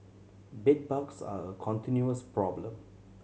bedbugs are a continuous problem